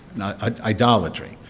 idolatry